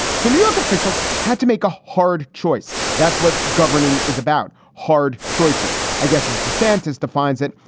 so newark officials had to make a hard choice. that's what governing is about, hard choices. i guess as desantis defines it,